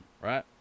right